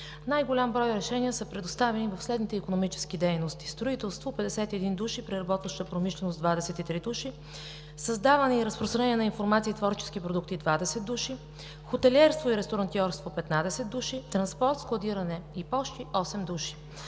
Най-голям брой решения са предоставени в следните икономически дейности: строителство – 51 души; преработваща промишленост – 23 души; създаване и разпространение на информация и творчески продукти – 20 души; хотелиерство и ресторантьорство – 15 души; транспорт, входиране и пощи – 8 души.